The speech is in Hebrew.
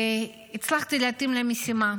והצלחתי להתאים לה משימה,